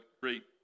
great